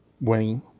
winning